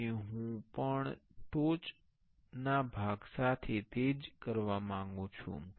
તેથી હું પણ ટોચ ના ભાગ સાથે તે જ કરવા માંગુ છું